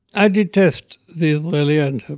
i detest the israeli and